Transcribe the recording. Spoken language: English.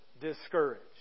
discouraged